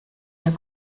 der